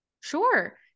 Sure